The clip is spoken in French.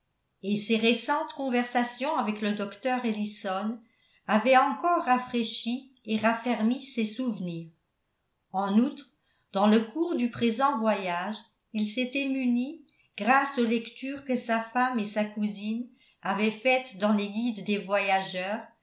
et ses récentes conversations avec le docteur ellison avaient encore rafraîchi et raffermi ses souvenirs en outre dans le cours du présent voyage il s'était muni grâce aux lectures que sa femme et sa cousine avaient faites dans les guides des voyageurs